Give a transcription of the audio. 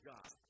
God